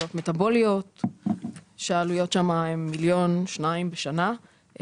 מחלות מטבליות שהעלויות שמה הן מיליון שניים בשנה,